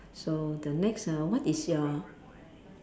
so the next ah what is your